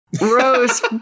rose